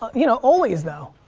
you know always, though.